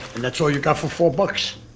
and that's all you got for four bucks?